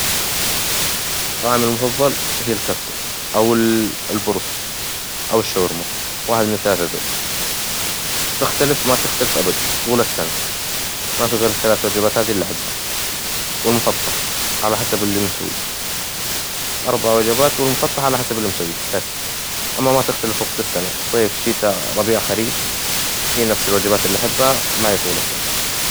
طعامي المفظل هي الكبسة، أو البروست، أو الشاورما، واحد من الثلاثة دول، تختلف ما تختلف أبد طول السنة، ما في غير الثلاث وجبات هذي إللي أحبها، والمسطح، على حسب إللي مسويه، أربع وجبات والمسطح على حسب إللي مسويه، بس إما صيف، شتاء، ربيع، خريف هي نفس الوجبات إللي أحبها معي طول السنة.